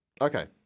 Okay